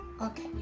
Okay